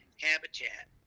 habitat